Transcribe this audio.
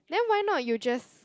then why not you just